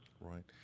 Right